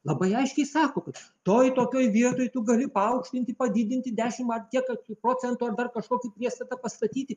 labai aiškiai sako kad toj tokioj vietoj tu gali paaukštinti padidinti dešimt ar tiek tarkimprocentą ar dar kažkokį priestatą pastatyti